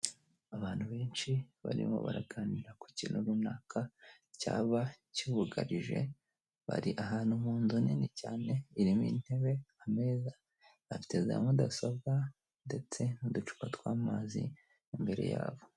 Abantu benshi barimo baraganira ku kintu runaka cyaba cyugarije, bari ahantu mu nzu nini cyane irimo intebe, ameza bafite za mudasobwa ndetse n'uducupa tw'amazi imbere yabo.